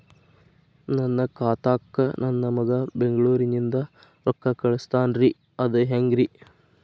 ನನ್ನ ಖಾತಾಕ್ಕ ನನ್ನ ಮಗಾ ಬೆಂಗಳೂರನಿಂದ ರೊಕ್ಕ ಕಳಸ್ತಾನ್ರಿ ಅದ ಹೆಂಗ್ರಿ?